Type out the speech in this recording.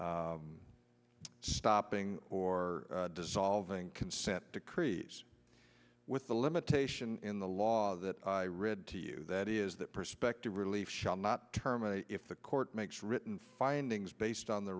stopping or dissolving consent decrees with the limitation in the law that i read to you that is that perspective relief shall not terminate if the court makes written findings based on the